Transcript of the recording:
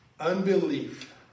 unbelief